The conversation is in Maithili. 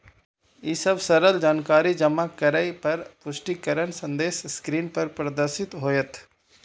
ई सब भरल जानकारी जमा करै पर पुष्टिकरण संदेश स्क्रीन पर प्रदर्शित होयत